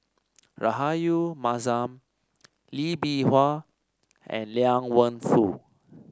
Rahayu Mahzam Lee Bee Wah and Liang Wenfu